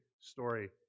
story